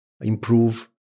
improve